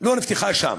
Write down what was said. לא נפתחה שם.